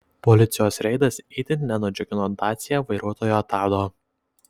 policijos reidas itin nenudžiugino dacia vairuotojo tado